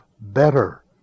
better